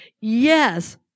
Yes